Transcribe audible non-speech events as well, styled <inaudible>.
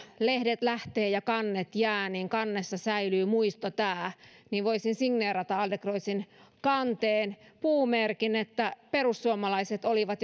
lehdet lähtee ja kannet jää niin kannessa säilyy muisto tää joten voisin signeerata adlercreutzin kanteen puumerkin että perussuomalaiset olivat <unintelligible>